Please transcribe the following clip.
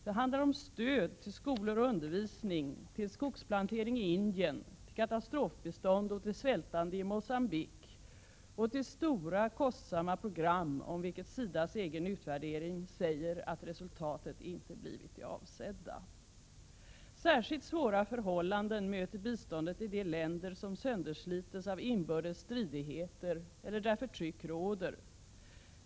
Det handlar om stöd till skolor och undervisning, till skogsplantering i Indien, till katastrofbistånd åt de svältande i Mogambique och till stora kostsamma program om vilka det i SIDA:s egen utvärdering sägs att resultatet inte blivit det avsedda. Särskilt svåra förhållanden möter biståndet i de länder som sönderslits av inbördes stridigheter eller där förtryck råder.